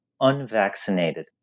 unvaccinated